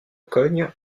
cogne